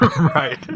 Right